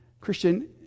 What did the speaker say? Christian